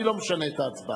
אני לא משנה את ההצבעה.